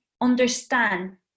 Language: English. understand